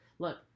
Look